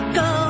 go